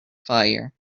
fire